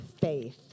faith